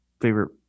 favorite